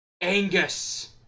angus